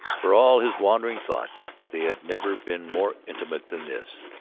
for all his wandering thoughts, they had never been more intimate than this.